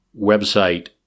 website